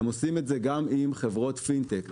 הם עושים את זה גם עם חברות פינטק,